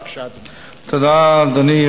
בבקשה, אדוני.